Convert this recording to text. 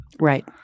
Right